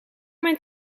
mijn